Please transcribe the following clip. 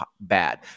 bad